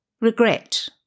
Regret